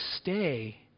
stay